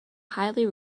highly